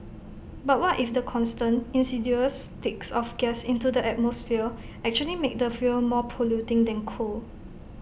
but what if the constant insidious leaks of gas into the atmosphere actually make the fuel more polluting than coal